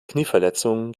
knieverletzung